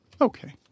okay